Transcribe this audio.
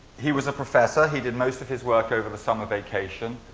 he was a professor. he did most of his work over the summer vacation.